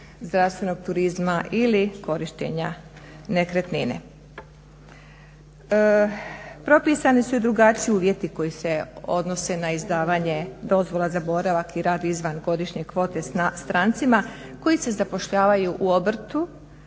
zdravstvenog turizma ili korištenja nekretnine. Propisani su i drugačiji uvjeti koji se odnose na izdavanje dozvola za boravak i rad izvan godišnje kvote strancima koji se zapošljavaju u obrtu